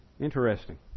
Interesting